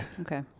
Okay